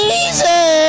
easy